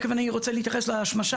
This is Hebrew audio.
תיכף אני רוצה להתייחס להשמשה.